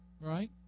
Right